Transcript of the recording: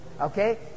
Okay